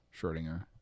Schrodinger